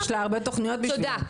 יש לה הרבה תוכניות בשבילם.